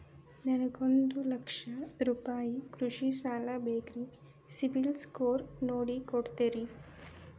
ನನಗೊಂದ ಲಕ್ಷ ರೂಪಾಯಿ ಕೃಷಿ ಸಾಲ ಬೇಕ್ರಿ ಸಿಬಿಲ್ ಸ್ಕೋರ್ ನೋಡಿ ಕೊಡ್ತೇರಿ?